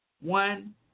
one